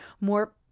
more